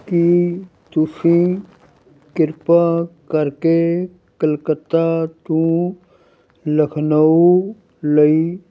ਕੀ ਤੁਸੀਂ ਕਿਰਪਾ ਕਰਕੇ ਕੋਲਕੱਤਾ ਤੋਂ ਲਖਨਊ ਲਈ